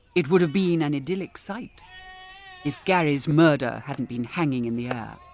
it would have been an idyllic sight if gary's murder hadn't been hanging in the air.